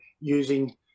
using